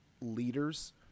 leaders